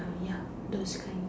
ya those kind